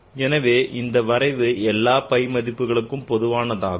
ஆகவே இந்த வரைவு எல்லா phi மதிப்புகளுக்கும் பொதுவானதாகும்